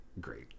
great